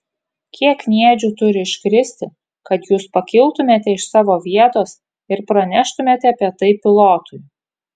kiek kniedžių turi iškristi kad jūs pakiltumėte iš savo vietos ir praneštumėte apie tai pilotui